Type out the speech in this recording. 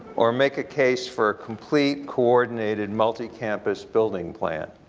or make a case for a complete coordinated multicampus building plan?